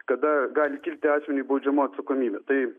kada gali kilti asmeniui baudžiamoji atsakomybė tai